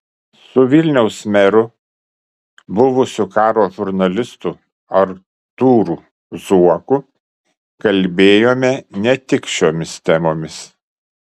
su vilniaus meru buvusiu karo žurnalistu artūru zuoku kalbėjome ne tik šiomis temomis